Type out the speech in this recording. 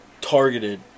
targeted